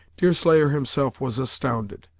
deerslayer himself was astounded,